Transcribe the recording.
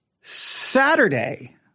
Saturday